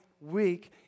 week